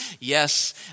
Yes